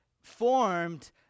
formed